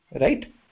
right